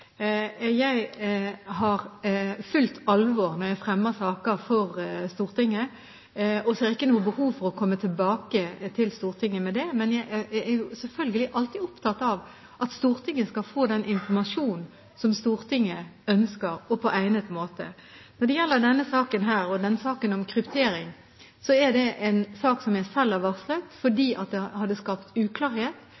Jeg tar det på fullt alvor når jeg fremmer saker for Stortinget – og ser ikke noe behov for å komme tilbake til Stortinget med det. Men jeg er jo selvfølgelig alltid opptatt av at Stortinget skal få den informasjonen som Stortinget ønsker – og på egnet måte. Når det gjelder denne saken og den saken om kryptering, er det saker jeg selv har varslet,